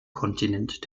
kontinent